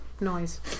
noise